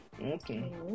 Okay